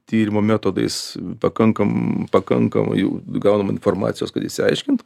tyrimo metodais pakankam pakankamai gaunam informacijos kad išsiaiškint